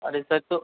अरे सर तो